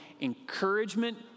Encouragement